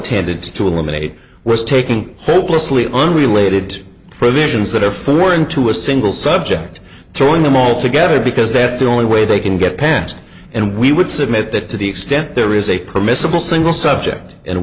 tended to eliminate was taking hopelessly unrelated provisions that are far more into a single subject throwing them all together because that's the only way they can get passed and we would submit that to the extent there is a permissible single subject and